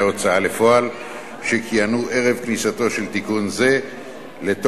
ההוצאה לפועל שכיהנו ערב כניסתו של תיקון זה לתוקף.